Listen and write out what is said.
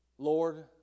Lord